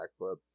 backflip